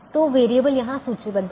तो वेरिएबल यहाँ सूचीबद्ध हैं